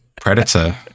predator